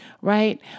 right